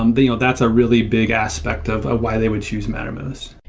and you know that's a really big aspect of why they would choose mattermost.